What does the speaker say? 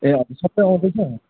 ए हजुर सबै आउँदैछ